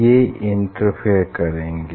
ये इंटरफेयर करेंगे